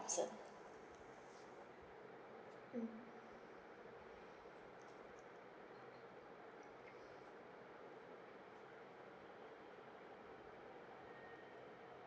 mm